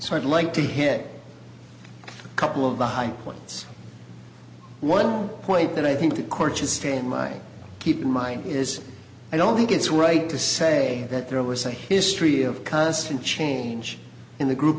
so i'd like to hit a couple of the high points one point that i think the court should stay in my keep in mind is i don't think it's right to say that there was a history of constant change in the group